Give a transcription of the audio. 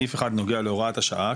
סעיף 1 נוגע להוראת השעה,